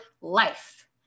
life